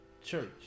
church